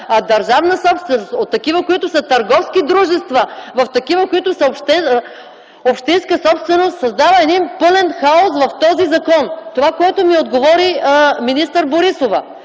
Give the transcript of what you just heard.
са държавна собственост; от такива, които са търговски дружества, в такива, които са общинска собственост, създава пълен хаос в този закон! Това, което ми отговори министър Борисова